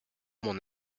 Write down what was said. mon